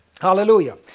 Hallelujah